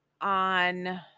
on